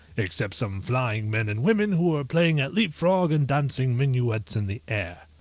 except some flying men and women who were playing at leap-frog, and dancing minuets in the air.